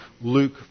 Luke